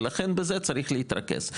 ולכן בזה צריך להתרכז.